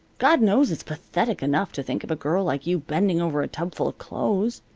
god knows it's pathetic enough to think of a girl like you bending over a tubful of clothes.